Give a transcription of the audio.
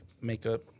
makeup